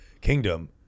kingdom